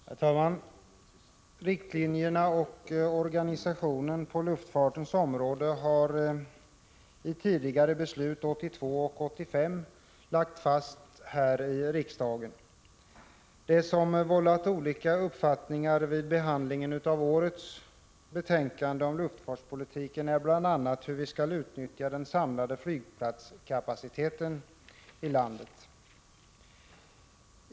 Herr talman! Riktlinjer och organisation på luftfartens område har i beslut 1982 och 1985 lagts fast av riksdagen. Det som vållat olika uppfattningar vid behandlingen av årets betänkande om luftfartspolitiken är bl.a. hur vi skall utnyttja den samlade flygplatskapaciteten i landet.